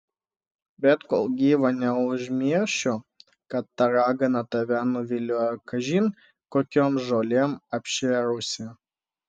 bet kol gyva neužmiršiu kad ta ragana tave nuviliojo kažin kokiom žolėm apšėrusi